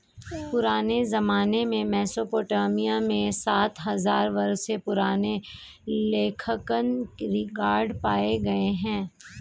पुराने समय में मेसोपोटामिया में सात हजार वर्षों पुराने लेखांकन रिकॉर्ड पाए गए हैं